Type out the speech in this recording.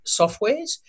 softwares